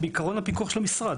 בעיקרון, הפיקוח הוא של המשרד.